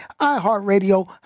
iHeartRadio